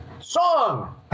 Song